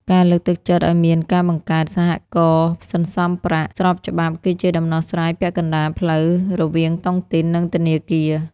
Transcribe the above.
ការលើកទឹកចិត្តឱ្យមានការបង្កើត "សហករណ៍សន្សំប្រាក់" ស្របច្បាប់ គឺជាដំណោះស្រាយពាក់កណ្ដាលផ្លូវរវាងតុងទីន និងធនាគារ។